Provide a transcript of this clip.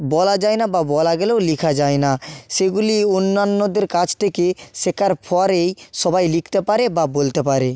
বলা যায় না বা বলা গেলেও লেখা যায় না সেগুলি অন্যান্যদের কাছ থেকে শেখার পরেই সবাই লিখতে পারে বা বলতে পারে